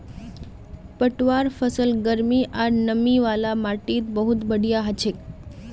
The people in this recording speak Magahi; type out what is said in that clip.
पटवार फसल गर्मी आर नमी वाला माटीत बहुत बढ़िया हछेक